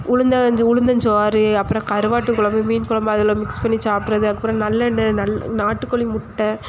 உளுந்தங்கஞ்சி உளுந்தஞ்சோறு அப்புறம் கருவாட்டுக் குலம்பு மீன் குலம்பு அதில் மிக்ஸ் பண்ணி சாப்பிட்றது அதுக்கப்புறம் நல்லெண்ணெய் நல் நாட்டுக்கோழி முட்டை